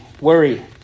worry